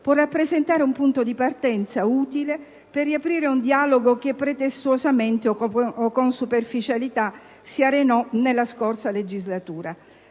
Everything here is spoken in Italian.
può rappresentare un punto di partenza utile per riaprire un dialogo che pretestuosamente o con superficialità si arenò nella scorsa legislatura.